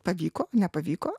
pavyko nepavyko